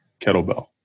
kettlebell